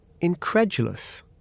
incredulous